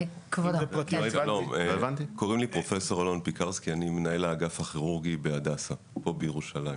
אני מנהל האגף הכירורגי בהדסה, פה בירושלים.